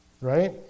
Right